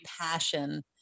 passion